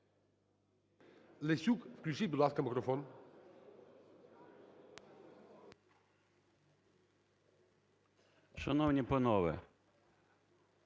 прошу, включіть, будь ласка, мікрофон.